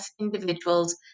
individuals